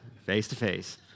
face-to-face